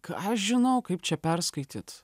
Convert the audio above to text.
ką aš žinau kaip čia perskaityt